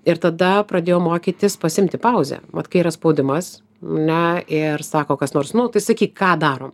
ir tada pradėjau mokytis pasiimti pauzę vat kai yra spaudimas na ir sako kas nors nu tai sakyk ką darom